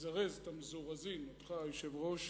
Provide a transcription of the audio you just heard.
לזרז את המזורזים אתך, היושב-ראש,